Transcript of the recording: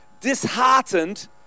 Disheartened